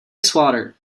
swatter